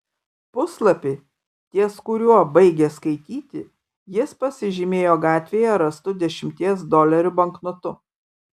puslapį ties kuriuo baigė skaityti jis pasižymėjo gatvėje rastu dešimties dolerių banknotu